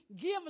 give